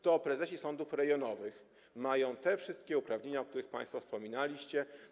To prezesi sądów rejonowych mają te wszystkie uprawnienia, o których państwo wspominaliście.